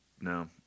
no